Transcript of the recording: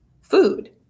food